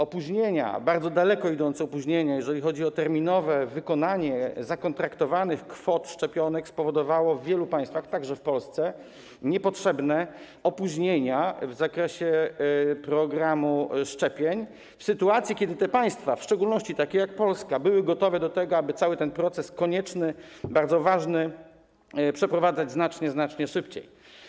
Opóźnienia, bardzo daleko idące opóźnienia, jeżeli chodzi o terminowe wykonanie zakontraktowanych kwot szczepionek, spowodowały w wielu państwach, także w Polsce, niepotrzebne opóźnienia w zakresie realizacji programu szczepień w sytuacji, kiedy te państwa, w szczególności takie jak Polska, były gotowe, aby cały ten proces, konieczny, bardzo ważny, przeprowadzać znacznie szybciej.